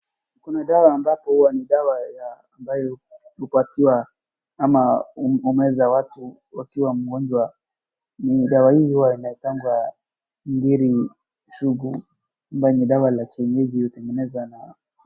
Kuna dawa ambapo huwa ni dawa ya hupatiwa ama ya kumeza watu wakiwa wagonjwa, na dawa hii huwa inawekwanga ngiri sugu ama ni dawa ya ama ni dawa ya kienyeji hutengenezwa na.